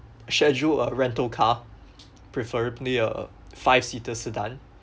schedule a rental car preferably a five seater sedan